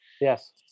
Yes